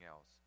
else